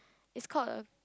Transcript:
is called a